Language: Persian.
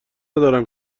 ندارم